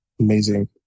amazing